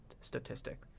statistic